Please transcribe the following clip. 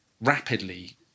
rapidly